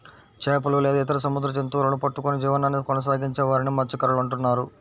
చేపలు లేదా ఇతర సముద్ర జంతువులను పట్టుకొని జీవనాన్ని కొనసాగించే వారిని మత్య్సకారులు అంటున్నారు